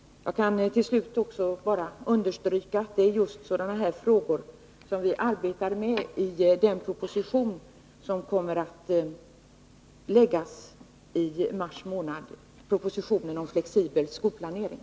Jag vill till slut bara understryka att det är just sådana här frågor som vi arbetar med i den proposition om flexibel skolplanering som kommer att läggas fram i mars månad.